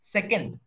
Second